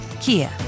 Kia